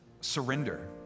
surrender